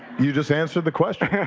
you just answered the question. yeah